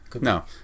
No